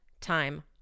time